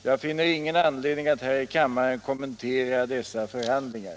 Jag finner ingen anledning att här i kammaren kommentera dessa förhandlingar.